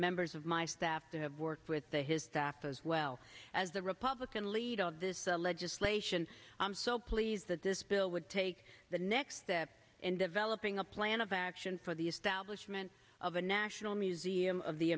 members of my staff to have worked with the his staff as well as the republican leader of this legislation i'm so pleased that this bill would take the next step in developing a plan of action for the establishment of a national museum of the